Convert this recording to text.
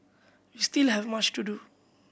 we still have much to do